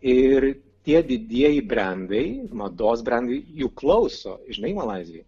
ir tie didieji brendai mados brendai jų klauso žinai malaizijoj